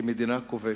כמדינה כובשת.